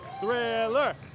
Thriller